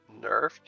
nerfed